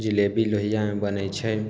जिलेबी लोहियामे बनय छै